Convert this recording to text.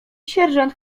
sierżant